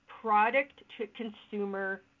product-to-consumer